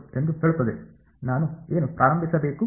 ನಾನು ಏನು ಪ್ರಾರಂಭಿಸಬೇಕು